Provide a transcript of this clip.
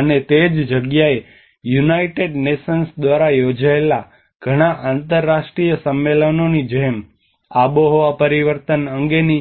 અને તે જ જગ્યાએ યુનાઇટેડ નેશન્સ દ્વારા યોજાયેલા ઘણા આંતરરાષ્ટ્રીય સંમેલનોની જેમ આબોહવા પરિવર્તન અંગેની